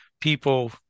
people